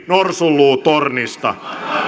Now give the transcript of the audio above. norsunluutornista